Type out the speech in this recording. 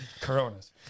Coronas